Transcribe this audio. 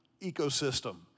ecosystem